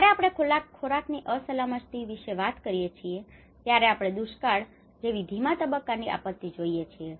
જ્યારે આપણે ખોરાકની અસલામતી વિશે વાત કરીએ છીએ ત્યારે આપણે દુષ્કાળ જેવી ધીમાં તબક્કાની આપત્તિઓ જોઈએ છીએ